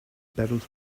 battles